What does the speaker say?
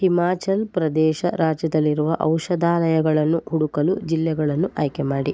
ಹಿಮಾಚಲ್ ಪ್ರದೇಶ ರಾಜ್ಯದಲ್ಲಿರುವ ಔಷಧಾಲಯಗಳನ್ನು ಹುಡುಕಲು ಜಿಲ್ಲೆಗಳನ್ನು ಆಯ್ಕೆ ಮಾಡಿ